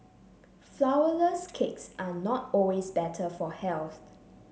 flourless cakes are not always better for health